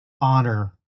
honor